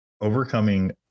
overcoming